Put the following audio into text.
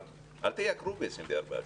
אבל אל תייקרו ב-24 שקלים.